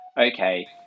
okay